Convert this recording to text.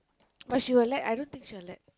but she will let I don't think she will let